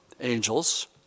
angels